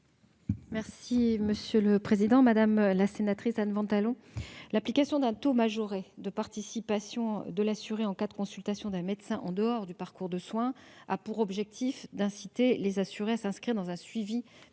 Mme la ministre déléguée. Madame la sénatrice Anne Ventalon, l'application d'un taux majoré de participation de l'assuré en cas de consultation d'un médecin en dehors du parcours de soins n'a d'autre but que d'inciter les assurés à s'inscrire dans un suivi